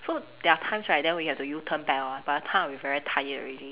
so there are times right then we have to U turn back lor by that time I will be very tired already